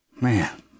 Man